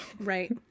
right